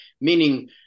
Meaning